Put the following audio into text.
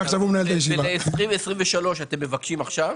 ל-2023 אתם מבקשים עכשיו?